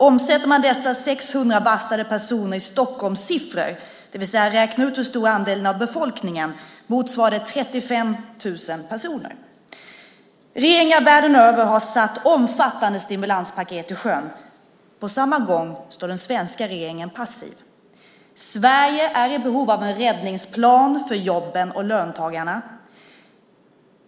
Omsätter man dessa 600 varslade personer i Stockholmssiffror, det vill säga räknar ut hur stor andelen är av kommunbefolkningen, motsvarar det 35 000 personer. Regeringar världen över har satt omfattande stimulanspaket i sjön. På samma gång står den svenska regeringen passiv. Sverige är i behov av en räddningsplan för jobben och löntagarna.